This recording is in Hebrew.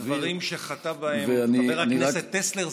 על הדברים שחטא בהם חבר הכנסת טסלר,